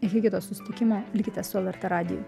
iki kito susitikimo likite su lrt radiju